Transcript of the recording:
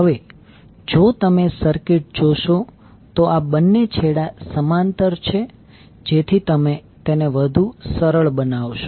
હવે જો તમે સર્કિટ જોશો તો આ બંને છેડા સમાંતર છે જેથી તમે તેને વધુ સરળ બનાવશો